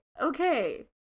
Okay